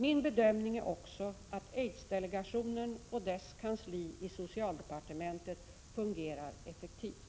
Min bedömning är också att aidsdelegationen och dess kansli i socialdepartementet fungerar effektivt.